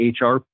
HR